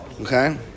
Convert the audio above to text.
Okay